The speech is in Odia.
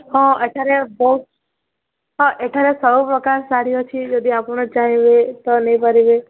ହଁ ଏଠାରେ ବହୁତ ହଁ ଏଠାରେ ସବୁ ପ୍ରକାର ଶାଢ଼ୀ ଅଛି ଯଦି ଆପଣ ଚାହିଁବେ ତ ନେଇ ପାରିବେ